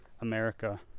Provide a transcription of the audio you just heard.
America